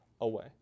away